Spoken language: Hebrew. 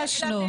וביקשנו.